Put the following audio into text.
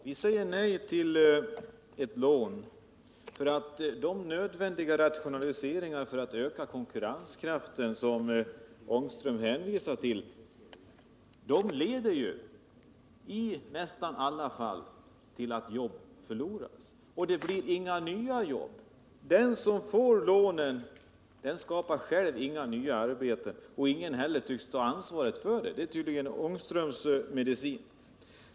Herr talman! Vi säger nej till ett lån, eftersom de nödvändiga rationaliseringar för att öka konkurrenskraften som herr Ångström hänvisar till i nästan alla fall leder till att jobb förloras samtidigt som inga nya jobb tillkommer. Den som får lån skapar själv inga nya arbeten, och ingen tycks heller ta ansvar för att så sker. Men det är tydligen Rune Ångströms medicin på detta område.